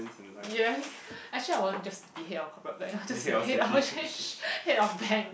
yes actually I won't just be head of corporate bank I'll just be head I'll change head of bank